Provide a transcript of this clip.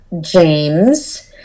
James